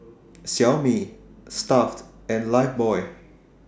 Xiaomi Stuff'd and Lifebuoy